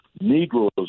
Negroes